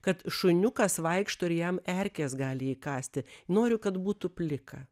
kad šuniukas vaikšto ir jam erkės gali įkąsti noriu kad būtų plika